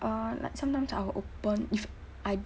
uh like sometimes I will open if I